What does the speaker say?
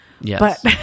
Yes